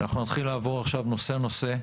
נתחיל לעבור עכשיו נושא, נושא,